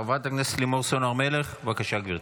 חברת הכנסת לימור סון הר מלך, בבקשה, גברתי.